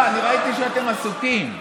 ראיתי שאתם עסוקים.